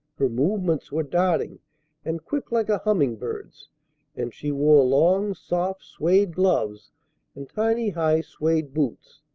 her movements were darting and quick like a humming-bird's and she wore long soft suede gloves and tiny high suede boots.